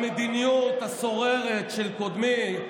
כשהמדיניות השוררת של קודמי,